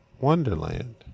wonderland